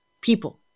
people